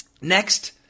Next